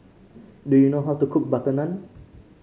do you know how to cook butter naan